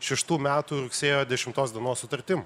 šeštų metų rugsėjo dešimtos dienos sutartim